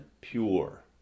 pure